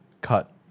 cut